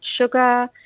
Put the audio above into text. sugar